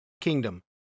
kingdom